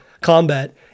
combat